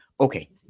Okay